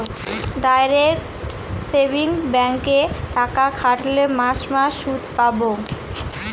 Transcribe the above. direct savings ব্যাঙ্কে টাকা খাটোল মাস মাস সুদ পাবো